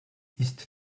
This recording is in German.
ist